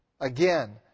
again